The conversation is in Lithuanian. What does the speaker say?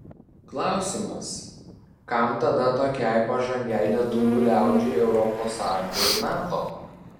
klausimas kam tada tokiai pažangiai lietuvių liaudžiai europos sąjunga ir nato